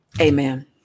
Amen